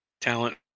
talent